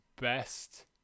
best